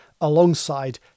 alongside